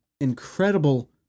incredible